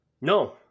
No